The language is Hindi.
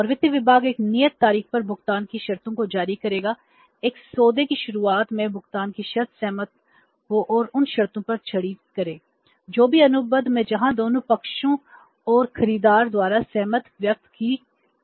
और वित्त विभाग एक नियत तारीख पर भुगतान की शर्तों को जारी करेगा एक सौदे की शुरुआत में भुगतान की शर्तें सहमत हों और उन शर्तों पर छड़ी करें जो भी अनुबंध में जहां दोनों पक्षों सप्लायर्स और खरीदार द्वारा सहमति व्यक्त की जाती है